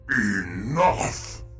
ENOUGH